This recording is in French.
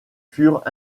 furent